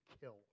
kill